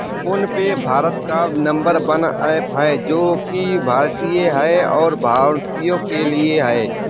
phone पे भारत का number one app है जो की भारतीय है और भारतीयों के लिए है